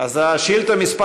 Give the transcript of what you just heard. אז שאילתה מס'